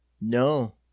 No